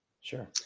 Sure